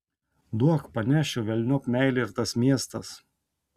duok panešiu velniop meilė ir tas miestas